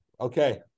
Okay